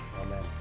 Amen